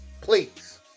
Please